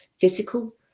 physical